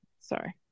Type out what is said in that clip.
Sorry